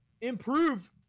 improve